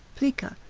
plica,